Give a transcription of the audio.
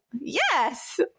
yes